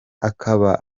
akaba